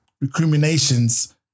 recriminations